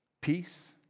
peace